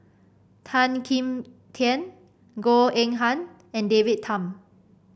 Tan Kim Tian Goh Eng Han and David Tham